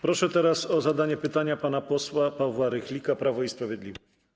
Proszę teraz o zadanie pytania pana posła Pawła Rychlika, Prawo i Sprawiedliwość.